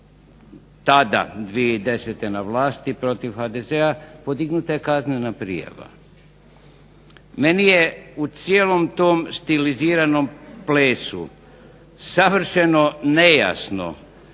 tada 2010. na vlasti protiv HDZ-a podignuta je kaznena prijava. Meni je u cijelom tom stiliziranom plesu savršeno nejasno